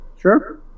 Sure